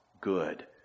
good